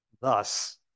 thus